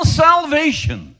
salvation